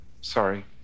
sorry